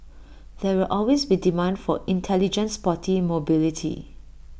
there will always be demand for intelligent sporty mobility